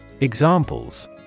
Examples